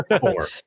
four